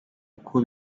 uko